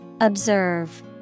Observe